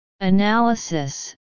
Analysis